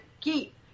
keep